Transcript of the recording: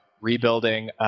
rebuilding